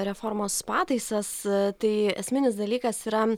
reformos pataisas tai esminis dalykas yra